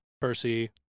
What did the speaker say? Percy